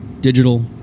digital